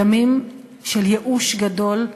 ימים של ייאוש גדול,